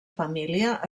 família